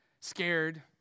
scared